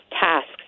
tasks